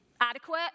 adequate